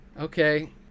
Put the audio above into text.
Okay